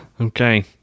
okay